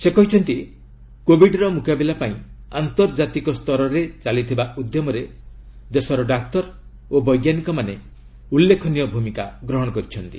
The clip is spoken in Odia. ସେ କହିଛନ୍ତି କୋବିଡର ମୁକାବିଲା ପାଇଁ ଆନ୍ତର୍ଜାତିକ ସ୍ତରରେ ଚାଲିଥିବା ଉଦ୍ୟମରେ ଦେଶର ଡାକ୍ତର ଓ ବୈଜ୍ଞାନିକମାନେ ଉଲ୍ଲେଖନୀୟ ଭୂମିକା ଗ୍ରହଣ କରିଛନ୍ତି